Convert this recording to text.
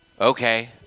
okay